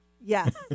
Yes